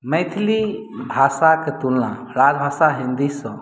मैथिली भाषा के तुलना राजभाषा हिन्दी सॅं